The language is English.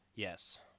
Yes